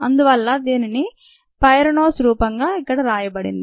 అందువల్ల దీనిని పైరనోస్ రూపంగా ఇక్కడ రాయబడింది